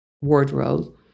wardrobe